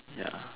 ya